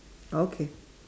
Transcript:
okay